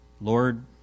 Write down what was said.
Lord